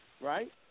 right